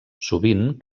sovint